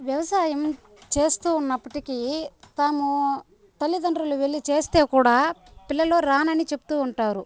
వ్యవసాయం చేస్తూ ఉన్నప్పటికీ తమూ తల్లిదండ్రులు వెళ్ళి చేస్తే కూడా పిల్లలు రానని చెప్తూ ఉంటారు